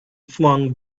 flung